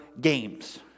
games